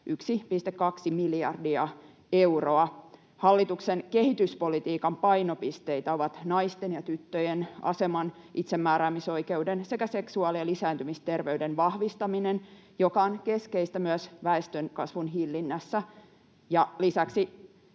1,2 miljardia euroa. Hallituksen kehityspolitiikan painopisteitä ovat naisten ja tyttöjen aseman, itsemääräämisoikeuden sekä seksuaali- ja lisääntymisterveyden vahvistaminen, joka on keskeistä myös väestönkasvun hillinnässä, ja lisäksi